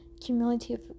cumulative